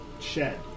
shed